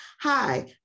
Hi